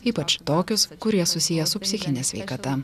ypač tokius kurie susiję su psichine sveikata